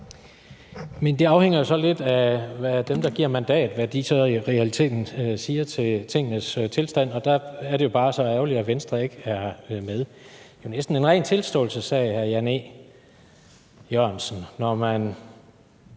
Men det afhænger jo så lidt af, hvad de, der giver mandatet, i realiteten siger til tingenes tilstand, og der er det bare så ærgerligt, at Venstre ikke er med. Det er jo næsten en ren tilståelsessag, hr. Jan E. Jørgensen,